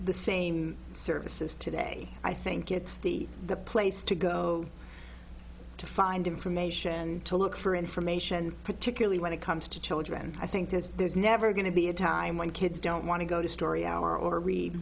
the same services today i think it's the place to go to find information and to look for information particularly when it comes to children i think there's there's never going to be a time when kids don't want to go to story hour or read